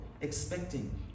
expecting